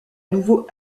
nouveau